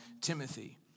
Timothy